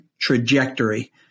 trajectory